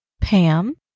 Pam